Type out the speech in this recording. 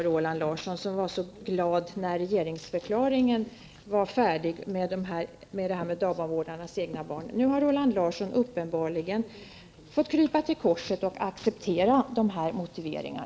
Roland Larsson, som var så glad när regeringsförklaringen var färdig beträffande dagbarnvårdarnas egna barn, har nu uppenbarligen fått krypa till korset och acceptera dessa motiveringar.